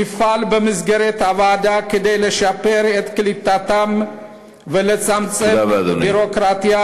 נפעל במסגרת הוועדה כדי לשפר את קליטתם ולצמצם ביורוקרטיה -- תודה רבה,